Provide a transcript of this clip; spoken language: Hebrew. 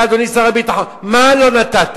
אתה, אדוני שר הביטחון, מה לא נתת?